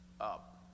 up